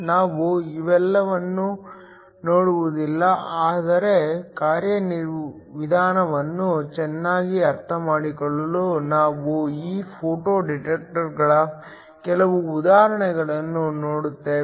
ನಾವು ಇವೆಲ್ಲವನ್ನೂ ನೋಡುವುದಿಲ್ಲ ಆದರೆ ಕಾರ್ಯವಿಧಾನವನ್ನು ಚೆನ್ನಾಗಿ ಅರ್ಥಮಾಡಿಕೊಳ್ಳಲು ನಾವು ಈ ಫೋಟೋ ಡಿಟೆಕ್ಟರ್ಗಳ ಕೆಲವು ಉದಾಹರಣೆಗಳನ್ನು ನೋಡುತ್ತೇವೆ